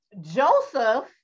Joseph